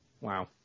Wow